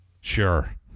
Sure